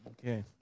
Okay